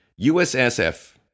USSF